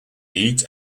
eat